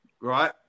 right